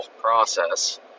process